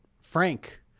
Frank